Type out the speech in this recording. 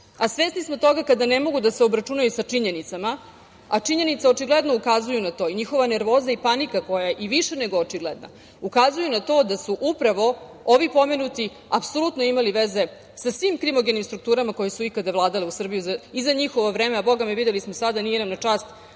a svesni smo toga kada ne mogu da se obračunaju sa činjenicama, a činjenice očigledno ukazuju na to i njihova nervoza i panika koja je i više nego očigledna, ukazuje na to da su upravo ovi pomenuti apsolutno imali veze sa svim krimogenim strukturama koje su ikada vladale u Srbiji za njihovo vreme, a bogami videli smo sada, nije nam na čast